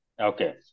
Okay